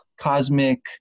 cosmic